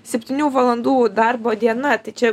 septynių valandų darbo diena tai čia